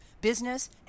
business